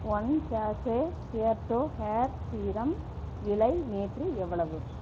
one sachet Beardo hair serum விலை நேற்று எவ்வளவு